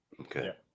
Okay